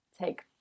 take